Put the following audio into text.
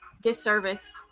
disservice